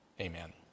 Amen